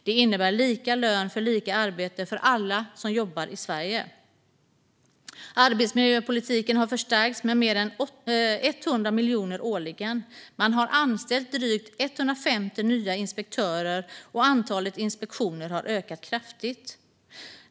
Detta innebär lika lön för lika arbete för alla som jobbar i Sverige. Arbetsmiljöpolitiken har förstärkts med mer än 100 miljoner årligen. Man har anställt drygt 150 nya inspektörer, och antalet inspektioner har ökat kraftigt.